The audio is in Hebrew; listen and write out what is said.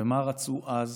ומה רצו אז,